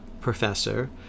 professor